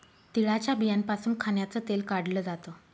तिळाच्या बियांपासून खाण्याचं तेल काढल जात